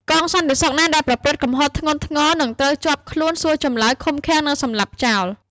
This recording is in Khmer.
កងសន្តិសុខណាដែលប្រព្រឹត្តកំហុសធ្ងន់ធ្ងរ នឹងត្រូវចាប់ខ្លួន សួរចម្លើយ ឃុំឃាំង និងសម្លាប់ចោល។